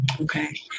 Okay